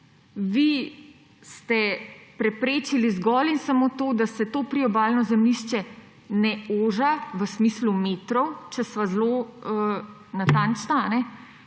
vi ste preprečili zgolj in samo to, da se to priobalno zemljišče ne oži v smislu metrov, če sva zelo natančna,